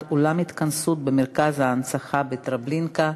אולם התכנסות במרכז ההנצחה בטרבלינקה,